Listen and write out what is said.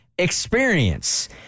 experience